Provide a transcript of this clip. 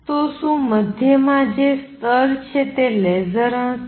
તો શું મધ્યમાં જે સ્તર છે તે લેસર હશે